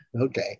Okay